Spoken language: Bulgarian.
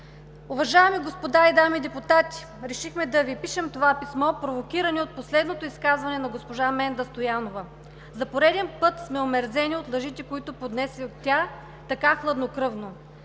„Уважаеми господа и дами депутати! Решихме да Ви пишем това писмо, провокирани от последното изказване на госпожа Менда Стоянова. За пореден път сме омерзени от лъжите, които поднесе тя така хладнокръвно.